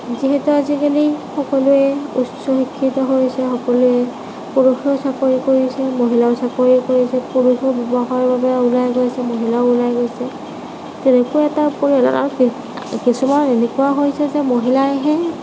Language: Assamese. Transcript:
যিহেতু আজিকালি সকলোৱে উচ্চশিক্ষিত হৈছে সকলোৱে পুৰুষেও চাকৰি কৰিছে মহিলাইও চাকৰি কৰিছে পুৰুষে ব্য়ৱসায়ৰ বাবে ওলাই গৈছে মহিলাও ওলায় গৈছে কিন্তু এটা কিছুমান এনেকুৱা হৈছে যে মহিলাইহে